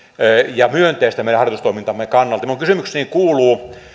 ja myönteistä meidän harjoitustoimintamme kannalta minun kysymykseni kuuluu